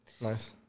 nice